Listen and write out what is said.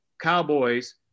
Cowboys